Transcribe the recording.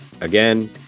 again